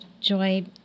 Joy